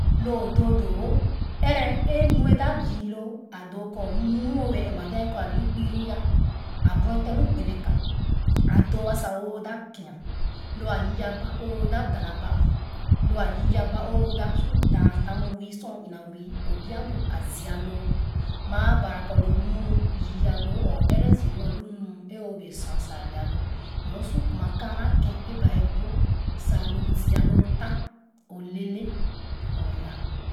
Loo doo doo wo ɛrɛ ē mu e da yii loo a doo kɔ muu o wɛɛ ɛnma dɛɛ kɔ alu ikpiri a buɛten lu gbene ka a doo a sa do da kia lo a yii aba o dap dana ba'a lo a yii aba o dap su dan tam wii sor o ina wii o bia bu a ziiloo maa bara kɔ loo muu yii alo ale o ɛrɛ zii mu alu muu e o bee sua sa ale mɛ o su kuma kaana ken e ba bu sa lu ziia loo tah o lɛɛlɛ o yaa.